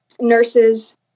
nurses